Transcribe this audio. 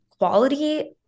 Quality